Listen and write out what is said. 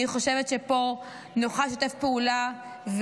אני חושבת שפה נוכל לשתף פעולה,